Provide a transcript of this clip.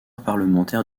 parlementaire